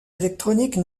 électroniques